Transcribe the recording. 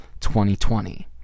2020